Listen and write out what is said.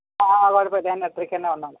ആ കുഴപ്പമില്ല ഞാൻ ഏട്ടരയ്ക്ക് തന്നെ വന്നോളാം